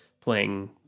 playing